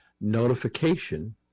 notification